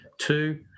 Two